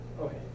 Okay